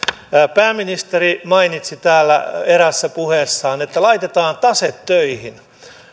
pääministeri mainitsi täällä eräässä puheessaan että laitetaan tase töihin